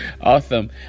Awesome